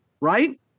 right